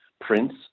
prints